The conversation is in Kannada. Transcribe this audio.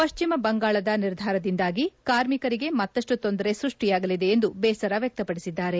ಪಶ್ಚಿಮ ಬಂಗಾಳದ ನಿರ್ಧಾರದಿಂದಾಗಿ ಕಾರ್ಮಿಕರಿಗೆ ಮತ್ತಷ್ಟು ತೊಂದರೆ ಸೃಷ್ಷಿಯಾಗಲಿದೆ ಎಂದು ಬೇಸರ ವ್ಯಕ್ತಪಡಿಸಿದ್ದಾರೆ